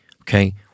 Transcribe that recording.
okay